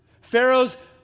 Pharaoh's